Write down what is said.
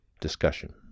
discussion